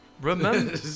Remember